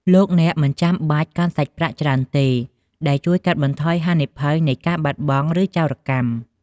លោកអ្នកនឹងមិនចាំបាច់កាន់សាច់ប្រាក់ច្រើនទៀតទេ ដែលជួយកាត់បន្ថយហានិភ័យនៃការបាត់បង់ ឬចោរកម្ម។